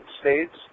States